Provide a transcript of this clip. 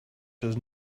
does